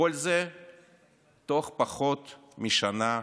וכל זה תוך פחות משנה נטו.